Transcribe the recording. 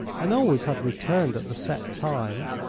and always had returned at the set time.